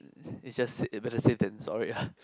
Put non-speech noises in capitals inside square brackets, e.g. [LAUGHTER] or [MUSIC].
it's just [NOISE] better safe than sorry ah